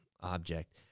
object